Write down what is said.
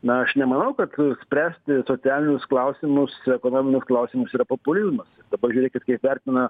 na aš nemanau kad spręsti socialinius klausimus ekonominius klausimus yra populizmas pažiūrėkit kaip vertina